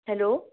hello